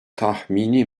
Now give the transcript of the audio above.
tahmini